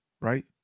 right